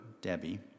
Debbie